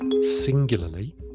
singularly